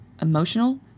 emotional